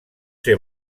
ser